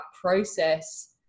process